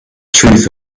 truth